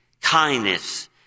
kindness